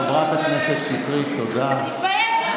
חברת הכנסת שטרית, ראשונה.